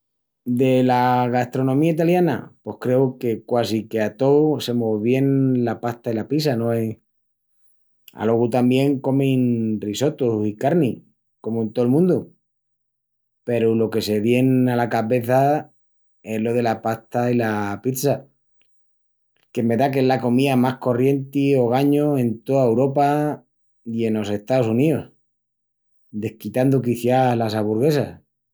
Dela gastronomía italiana pos creu que quasi que a tous se mos vien la pasta i la pizza, no es? Alogu tamién comin risottus i carni comu en tol mundu peru lo que se vien ala cabeça es lo de la pasta i la pizza, que me da qu'es la comía más corrienti ogañu en toa Uropa i enos Estaus Uníus, desquitandu quiciás las aburguesas.